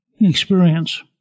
experience